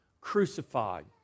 crucified